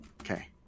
Okay